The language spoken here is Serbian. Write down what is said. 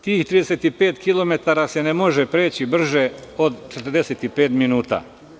Tih 35 kilometara se ne može preći brže od 45 minuta.